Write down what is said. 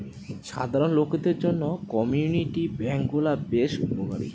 সাধারণ লোকদের জন্য কমিউনিটি বেঙ্ক গুলা বেশ উপকারী